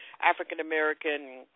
African-American